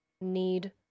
need